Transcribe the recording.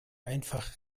einfach